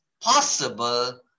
possible